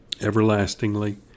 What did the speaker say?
everlastingly